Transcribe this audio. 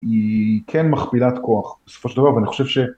‫היא כן מכפילת כוח בסופו של דבר, ‫ואני חושב ש...